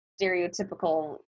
stereotypical